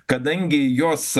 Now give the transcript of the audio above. kadangi jos